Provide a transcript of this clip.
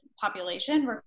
population